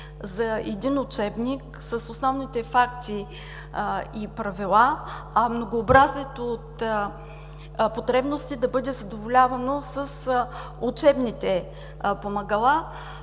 за един учебник с основните факти и правила, а многообразието от потребности да бъде задоволявано с учебните помагала.